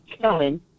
Kellen